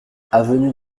avenue